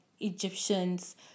Egyptians